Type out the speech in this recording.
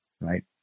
right